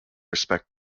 respect